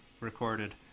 recorded